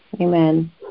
Amen